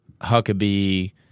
Huckabee